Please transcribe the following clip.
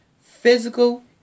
physical